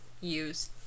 use